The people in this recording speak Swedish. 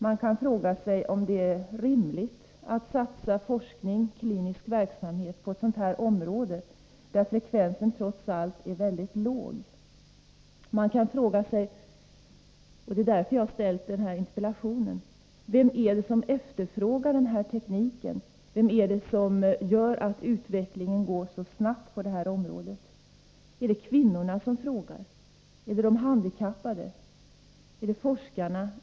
Man kan fråga sig om det är rimligt att satsa forskning och klinisk verksamhet på ett sådant här område, där frekvensen trots allt är mycket låg. Man kan också fråga sig — och det är därför jag har ställt interpellationen — vem det är som efterfrågar den här tekniken. Vad är det som gör att utvecklingen går så snabbt på det här området? Är det kvinnorna som efterfrågar tekniken? Är det de handikappade? Är det forskarna?